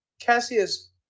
Cassius